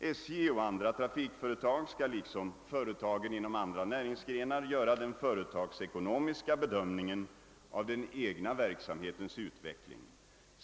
SJ och andra trafikföretag skall liksom företagen inom andra näringsgrenar göra den företagsekonomiska bedömningen av den egna verksamhetens utveckling.